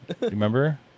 remember